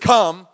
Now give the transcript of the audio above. Come